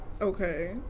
Okay